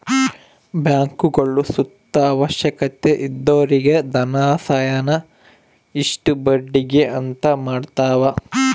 ಬ್ಯಾಂಕ್ಗುಳು ಸುತ ಅವಶ್ಯಕತೆ ಇದ್ದೊರಿಗೆ ಧನಸಹಾಯಾನ ಇಷ್ಟು ಬಡ್ಡಿಗೆ ಅಂತ ಮಾಡತವ